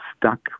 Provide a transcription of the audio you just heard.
stuck